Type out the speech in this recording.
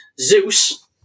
Zeus